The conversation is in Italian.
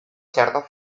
certa